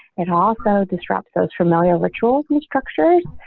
and also disrupt those familiar rituals new structures.